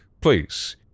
please